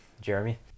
Jeremy